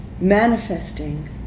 Manifesting